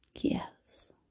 Yes